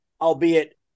albeit